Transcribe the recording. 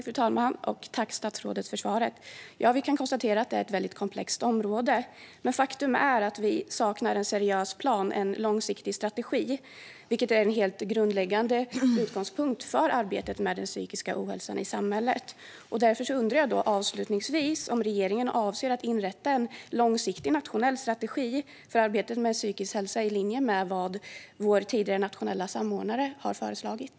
Fru talman! Tack, statsrådet, för svaret! Vi kan konstatera att det här är ett komplext område. Faktum är att vi saknar en seriös plan, en långsiktig strategi, vilket är en helt grundläggande utgångspunkt för arbetet med den psykiska ohälsan i samhället. Därför undrar jag avslutningsvis om regeringen avser att inrätta en långsiktig nationell strategi för arbetet med psykisk hälsa i linje med vad vår tidigare nationella samordnare har föreslagit.